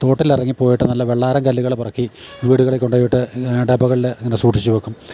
തോട്ടിലിറങ്ങി പോയിട്ട് നല്ല വെള്ളാരം കല്ലുകൾ പെറുക്കി വീടുകളിൽ കൊണ്ടുപോയിട്ട് ഡബകളിൽ ഇങ്ങനെ സൂക്ഷിച്ച് വെക്കും